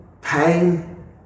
pain